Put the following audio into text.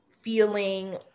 feeling